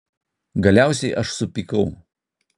galiausiai aš supykau